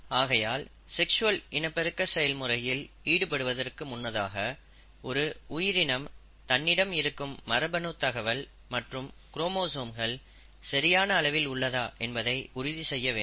ஆகையால் செக்ஸ்வல் இனப்பெருக்க செயல்முறையில் ஈடுபடுவதற்கு முன்னதாக ஒரு உயிரினம் தன்னிடம் இருக்கும் மரபணு தகவல் மற்றும் குரோமோசோம்கள் சரியான அளவில் உள்ளதா என்பதை உறுதி செய்ய வேண்டும்